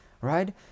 right